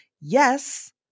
Yes